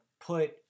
put